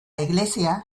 iglesia